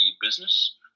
business